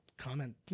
comment